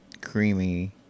creamy